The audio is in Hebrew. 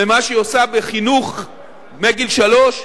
ממה שהיא עושה בחינוך מגיל שלוש,